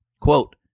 Quote